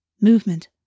Movement